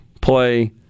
play